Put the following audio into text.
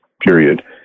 period